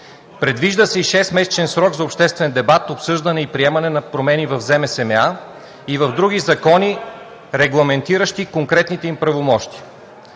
Предвижда се и шестмесечен срок за обществен дебат, обсъждане и приемане на промени в ЗМСМА и в други закони, регламентиращи конкретните им правомощия.